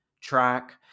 track